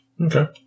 Okay